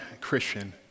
Christian